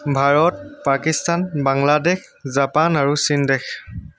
Bharat Pakistan Bangladesh Japan আৰু চীন দেশ